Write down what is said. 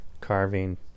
carving